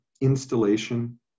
installation